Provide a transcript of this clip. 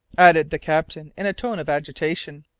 added the captain in a tone of agitation.